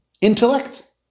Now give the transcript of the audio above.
intellect